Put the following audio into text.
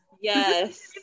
Yes